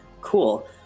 Cool